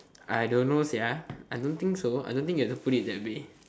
I don't know sia I don't think so I don't think you can put it that way